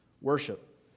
Worship